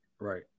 Right